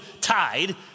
tied